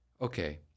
okay